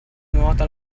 nuoto